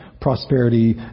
prosperity